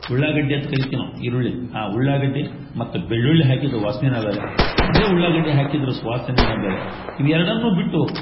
ಉಳ್ಳಾಗಡ್ಡಿ ಅಂತ ಕರಿತೀವಿ ನಾವು ಈರುಳ್ಳಿ ಆ ಉಳ್ಳಾಗಡ್ಡಿ ಮತ್ತು ಬೆಳ್ಳುಳ್ಳಿ ಹಾಕಿದ್ದು ವಾಸ್ನಿನ ಬ್ಯಾರೆ ಭರೆ ಉಳ್ಳಾಗಡ್ಡಿ ಹಾಕಿದ್ದರು ಸುವಾಸನೆನ ಬ್ಯಾರೆ ಇವೆರಡನ್ನು ಬಿಟ್ಟು